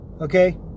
Okay